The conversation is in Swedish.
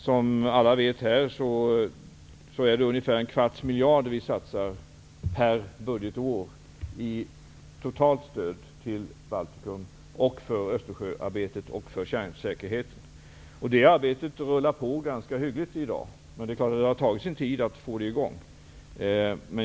Som alla här vet satsar vi ungefär en kvarts miljard kronor per budgetår i totalt stöd till Baltikum, för Östersjöarbetet och för kärnsäkerheten. Det arbetet rullar på ganska hyggligt i dag, men det har tagit sin tid att få det i gång.